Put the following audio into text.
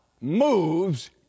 moves